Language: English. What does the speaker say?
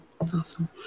Awesome